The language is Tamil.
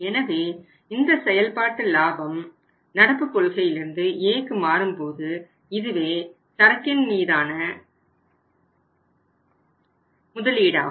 எனவே இந்த செயல்பாட்டு லாபம் நடப்பு கொள்கையிலிருந்து Aக்கு மாறும்போது இதுவே சரக்கின் மீதான முதலீடாகும்